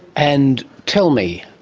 and tell me,